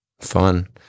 fun